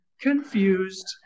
Confused